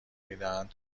میدهند